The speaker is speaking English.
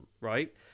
right